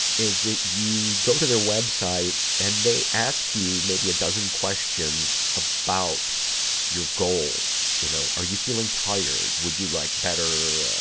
is that you go to their web site, and they ask you maybe a dozen questions about your goals, you know. are you feeling tired? would you like better, ah,